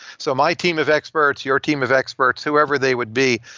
so my team of experts, your team of experts, whoever they would be.